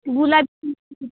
गुलाब